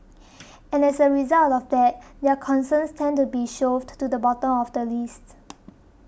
and as a result of that their concerns tend to be shoved to the bottom of the list